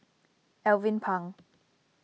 Alvin Pang